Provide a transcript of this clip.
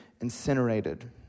incinerated